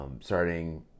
Starting